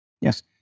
Yes